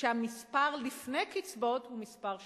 שהמספר לפני קצבאות הוא מספר שיקטן.